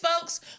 folks